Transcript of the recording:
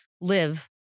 live